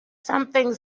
something